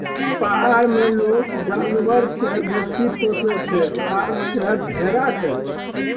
पहार मे लोक जानबर केँ बेसी पोसय छै खास कय भेड़ा केँ